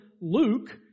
Luke